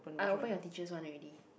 I open your teacher's one already